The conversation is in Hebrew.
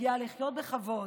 מגיע לחיות בכבוד,